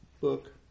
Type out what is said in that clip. Book